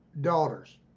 daughters